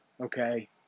okay